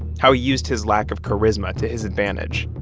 how he used his lack of charisma to his advantage,